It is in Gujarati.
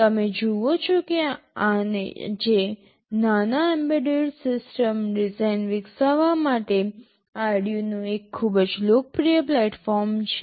તમે જુઓ છો કે આજે નાના એમ્બેડેડ સિસ્ટમ ડિઝાઇન વિકસાવવા માટે Arduino એક ખૂબ જ લોકપ્રિય પ્લેટફોર્મ છે